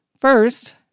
First